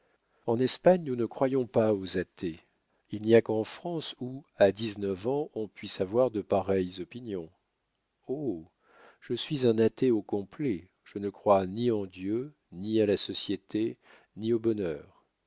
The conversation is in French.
en espagne nous ne croyons pas aux athées il n'y a qu'en france où à dix-neuf ans on puisse avoir de pareilles opinions oh je suis un athée au complet je ne crois ni en dieu ni à la société ni au bonheur